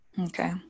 Okay